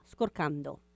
scorcando